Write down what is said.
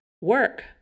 work